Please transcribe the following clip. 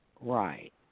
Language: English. Right